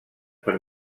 per